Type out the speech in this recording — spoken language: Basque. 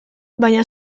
baina